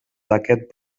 d’aquest